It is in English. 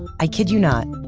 i kid you not,